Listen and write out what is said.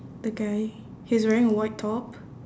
the guy he's wearing a white top